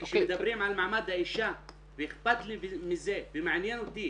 כשמדברים על מעמד האישה ואכפת לי מזה ומעניין אותי,